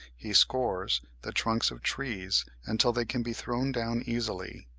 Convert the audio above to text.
he scores the trunks of trees until they can be thrown down easily,